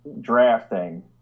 drafting